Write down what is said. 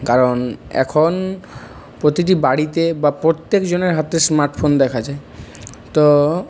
কারণ এখন প্রতিটি বাড়িতে বা প্রত্যেকজনের হাতে স্মার্টফোন দেখা যায় তো